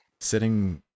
sitting